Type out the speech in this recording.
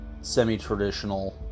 semi-traditional